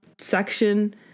section